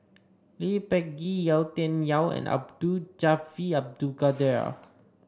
Lee Peh Gee Yau Tian Yau and Abdul Jalil Abdul Kadir